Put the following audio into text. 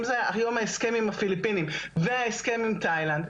אם זה היום ההסכם עם הפיליפינים וההסכם עם תאילנד,